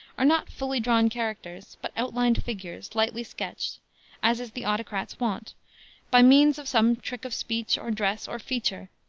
are not fully drawn characters, but outlined figures, lightly sketched as is the autocrat's wont by means of some trick of speech, or dress, or feature,